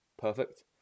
perfect